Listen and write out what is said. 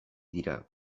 dira